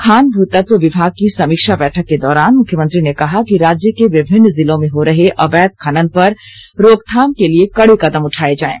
खान भूतत्व विभाग की समीक्षा बैठक के दौरान मुख्यमंत्री ने कहा कि राज्य के विभिन्न जिलों में हो रहे अवैध खनन पर रोकथाम के लिए कड़े कदम उठाए जाएं